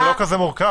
זה לא כזה מורכב,